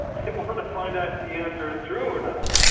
people want to find out the answer is true or not.